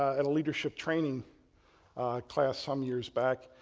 at leadership training class some years back,